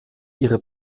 ihre